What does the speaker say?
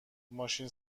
ماشین